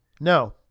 No